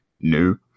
new